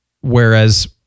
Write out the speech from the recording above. Whereas